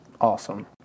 awesome